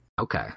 Okay